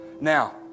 Now